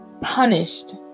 punished